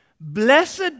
blessed